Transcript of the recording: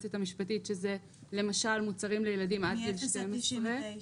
היועצת המשפטית שזה למשל מוצרים לילדים עד גיל 12,